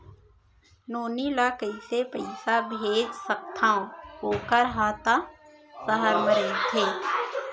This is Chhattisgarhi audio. नोनी ल कइसे पइसा भेज सकथव वोकर हा त सहर म रइथे?